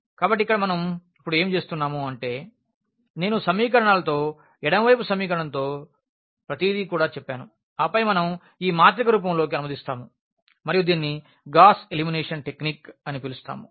కాబట్టి ఇక్కడ మనం ఇప్పుడు ఏమి చేస్తున్నాం అంటే నేను సమీకరణాలతో ఎడమ వైపు సమీకరణంతో ప్రతిదీ కూడా చెప్పాను ఆపై మనం ఈ మాత్రిక రూపంలోకి అనువదిస్తాము మరియు దీనిని గాస్ ఎలిమినేషన్ టెక్నిక్ అని పిలుస్తాము